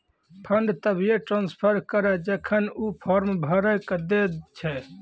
fund तभिये transfer करऽ जेखन ऊ फॉर्म भरऽ के दै छै